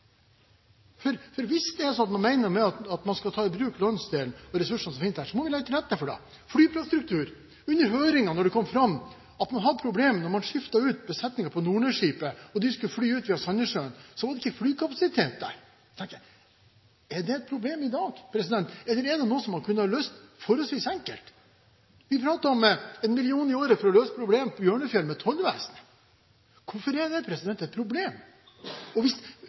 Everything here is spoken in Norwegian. Hvis det er sånn at man mener noe med at man skal ta i bruk landsdelen og ressursene som finnes der, må vi legge til rette for det. Det gjelder flyplasstruktur. Under høringen kom det fram at man hadde problemer når man skiftet ut besetningen på Norne-skipet og de skulle fly ut via Sandnessjøen. Det var ikke flykapasitet der. Da tenkte jeg: Er det et problem i dag, eller er det noe som man kunne ha løst forholdsvis enkelt? Vi pratet om en million i året for å løse problemet for Tollvesenet på Bjørnfjell. Hvorfor er det et problem? Man kan godt være så visjonær og ha så mange ambisjoner man vil, men hvis